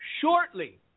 Shortly